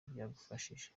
byabafashije